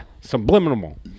Subliminal